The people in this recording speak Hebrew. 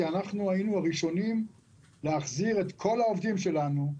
כי היינו הראשונים להחזיר את כל העובדים שלנו,